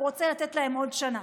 הוא רוצה לתת להם עוד שנה.